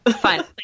Fine